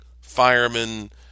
firemen